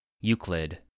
Euclid